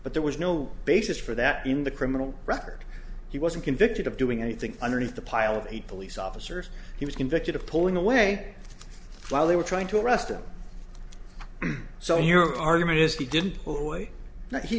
but there was no basis for that in the criminal record he wasn't convicted of doing anything underneath the pile of a police officers he was convicted of pulling away while they were trying to arrest him so your argument is he didn't pull